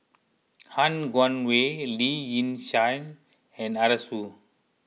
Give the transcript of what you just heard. Han Guangwei Lee Yi Shyan and Arasu